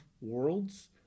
worlds